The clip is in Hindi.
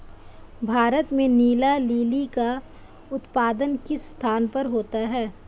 भारत में नीला लिली का उत्पादन किस स्थान पर होता है?